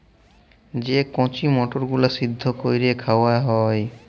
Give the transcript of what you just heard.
যে কঁচি মটরগুলা সিদ্ধ ক্যইরে খাউয়া হ্যয়